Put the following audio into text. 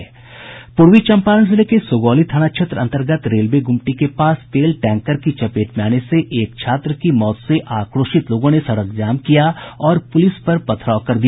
पूर्वी चंपारण जिले के सुगौली थाना क्षेत्र अंतर्गत रेलवे ग्रमटी के पास तेल टैंकर की चपेट में आने से एक छात्र की मौत से आक्रोशित लोगों ने सड़क जाम किया और पुलिस पर पथराव किया